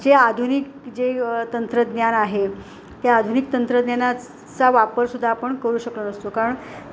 जे आधुनिक जे तंत्रज्ञान आहे त्या आधुनिक तंत्रज्ञानाचा वापरसुद्धा आपण करू शकत नसतो कारण